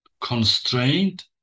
constrained